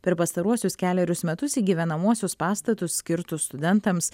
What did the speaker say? per pastaruosius kelerius metus į gyvenamuosius pastatus skirtus studentams